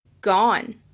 gone